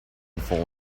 full